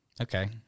Okay